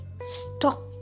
stop